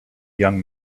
young